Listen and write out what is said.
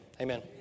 Amen